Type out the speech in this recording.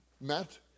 Matt